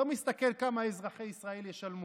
לא מסתכל כמה אזרחי ישראל ישלמו.